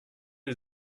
des